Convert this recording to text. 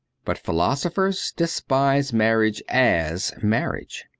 but philosophers despise marriage as marriage.